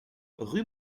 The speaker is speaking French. rue